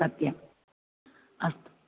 सत्यम् अस्तु